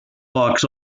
box